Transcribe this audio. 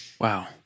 wow